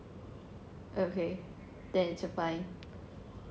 okay then supply